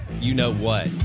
you-know-what